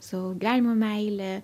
savo gyvenimo meilę